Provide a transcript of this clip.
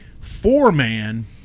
four-man